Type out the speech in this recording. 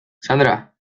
sandra